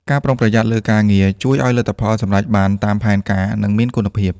ការប្រុងប្រយ័ត្នលើការងារ ជួយឱ្យលទ្ធផលសម្រេចបានតាមផែនការ និងមានគុណភាព។